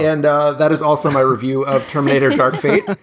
and that is also my review of terminator ah khadafy